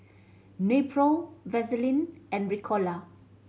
Nepro Vaselin and Ricola